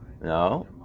no